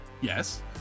Yes